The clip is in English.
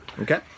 okay